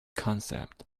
concept